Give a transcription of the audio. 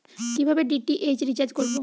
কিভাবে DTH recharge করব?